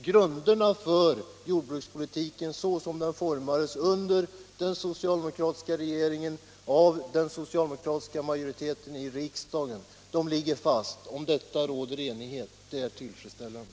Grunderna för jordbrukspolitiken såsom den formades under den socialdemokratiska regeringen och av den socialdemokratiska majoriteten i riksdagen ligger fasta — om detta råder enighet, och det är tillfredsställande.